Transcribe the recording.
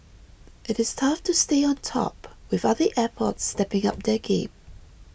it it tough to stay on top with other airports stepping up their game